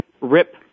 rip